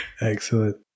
Excellent